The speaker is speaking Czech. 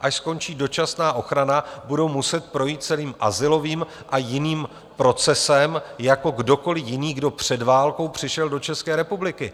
Až skončí dočasná ochrana, budou muset projít celým azylovým a jiným procesem jako kdokoli jiný, kdo před válkou přišel do České republiky.